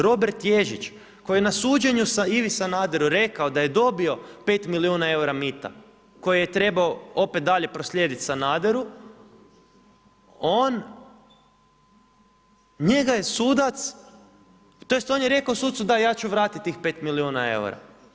Robert Ježić, koji je na suđenju Ivi Sanaderu rekao da je dobio 5 milijuna eura mita koje je trebao opet dalje proslijediti Sanaderu, njega je sudac, tj., on je rekao sucu da, ja vratiti tih 5 milijuna eura.